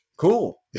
Cool